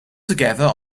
together